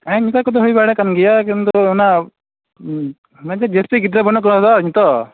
ᱦᱮᱸ ᱱᱮᱠᱟ ᱠᱚᱫᱚ ᱦᱩᱭᱵᱟᱲᱟ ᱠᱟᱱ ᱜᱮᱭᱟ ᱠᱤᱱᱛᱩ ᱚᱱᱟ ᱢᱮᱱᱮᱫᱟᱹᱧ ᱡᱟᱹᱥᱛᱤ ᱜᱤᱫᱽᱨᱟᱹ ᱵᱟᱹᱱᱩᱜ ᱠᱚᱣᱟ ᱵᱟᱝ ᱱᱤᱛᱚᱜ